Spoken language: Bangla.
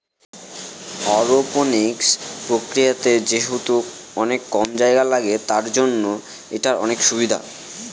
অরওপনিক্স প্রক্রিয়াতে যেহেতু অনেক কম জায়গা লাগে, তার জন্য এটার অনেক সুবিধা